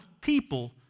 people